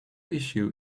issue